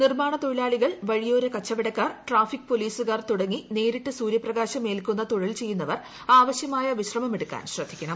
നിർമാണ തൊഴിലാളികൾ വഴിയോര കച്ചവടക്കാർ ട്രാഫിക് പോലീസുകാർ തുടങ്ങി നേരിട്ട് സൂര്യപ്രകാശം ഏൽക്കുന്ന തൊഴിൽ ചെയ്യുന്നവർ ആവശ്യമായ വിശ്രമം എടുക്കാൻ ശ്രദ്ധിക്കണം